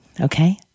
Okay